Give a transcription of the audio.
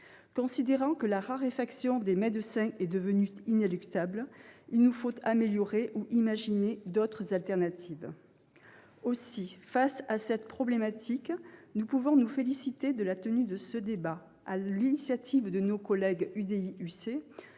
Considérant que la raréfaction des médecins est devenue inéluctable, il nous faut améliorer ou imaginer des alternatives. Aussi, face à cette problématique, nous pouvons nous féliciter de la tenue de ce débat, sur l'initiative de nos collègues de l'UDI-UC